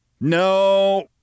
No